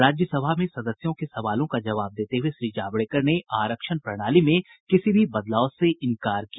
राज्यसभा में सदस्यों के सवालों का जवाब देते हुए श्री जावड़ेकर ने आरक्षण प्रणाली में किसी भी बदलाव से इन्कार किया